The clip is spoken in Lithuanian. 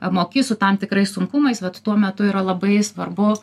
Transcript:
moki su tam tikrais sunkumais vat tuo metu yra labai svarbu